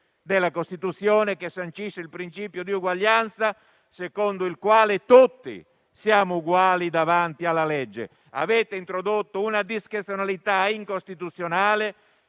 della Costituzione, che sancisce il principio di uguaglianza, secondo il quale tutti siamo uguali davanti alla legge. Avete introdotto una discrezionalità incostituzionale,